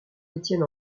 étienne